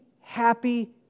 happy